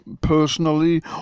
personally